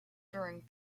during